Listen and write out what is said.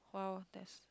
!wwo! that's